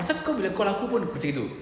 pasal kau bila call aku pun macam gitu